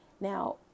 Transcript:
Now